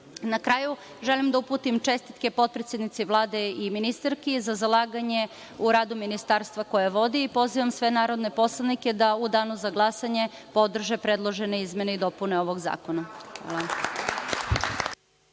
kraju, želim da uputim čestitke potpredsednici Vlade i ministarki za zalaganje u radu Ministarstva koje vodi i pozivam sve narodne poslanike da u danu za glasanje podrže predložene izmene i dopune ovog Zakona.